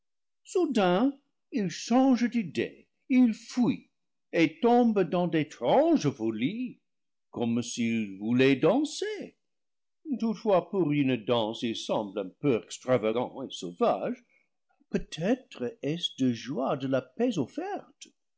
soudain ils changent d'idée ils fuient et tombent dans d'étranges folies comme s'ils voulaient danser toutefois pour une danse ils semblent un peu extravagants et sauvages peut-être est-ce de joie de la